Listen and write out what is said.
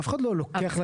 אף אחד לא לוקח לך.